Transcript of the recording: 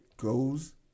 Goes